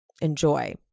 Enjoy